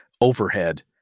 overhead